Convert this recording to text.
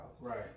Right